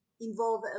involve